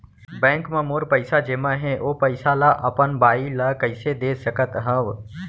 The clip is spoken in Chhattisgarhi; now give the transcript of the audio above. बैंक म मोर पइसा जेमा हे, ओ पइसा ला अपन बाई ला कइसे दे सकत हव?